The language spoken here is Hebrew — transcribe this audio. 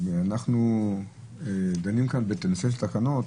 אנחנו דנים כאן בנושא תקנות.